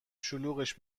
شلوغش